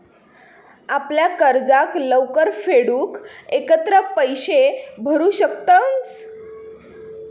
आपल्या कर्जाक लवकर फेडूक एकत्र पैशे भरू शकतंस